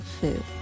food